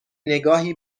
نگاهی